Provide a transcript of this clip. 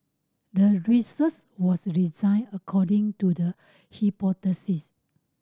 the research was designed according to the hypothesis